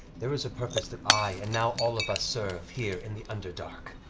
there is a purpose that i and now all of us serve, here in the underdark.